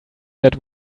that